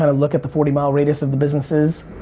and look at the forty mile radius of the businesses.